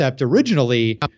originally